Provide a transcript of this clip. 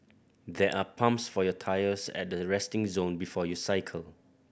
there are pumps for your tyres at the resting zone before you cycle